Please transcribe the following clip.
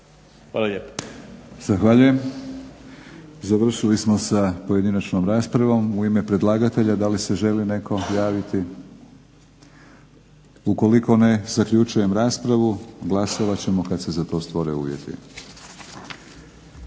Milorad (HNS)** Zahvaljujem. Završili smo sa pojedinačnom raspravom. U ime predlagatelja da li se želi netko javiti? Ukoliko ne, zaključujem raspravu. Glasovat ćemo kad se za to stvore uvjeti.